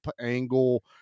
angle